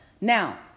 Now